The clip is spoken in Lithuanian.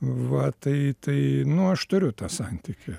va tai tai nu aš turiu tą santykį